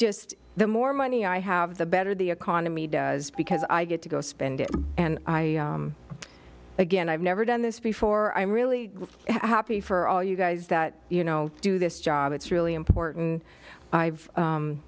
just the more money i have the better the economy does because i get to go spend it and i again i've never done this before i'm really happy for all you guys that you know do this job it's really important i've